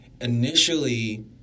initially